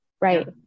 Right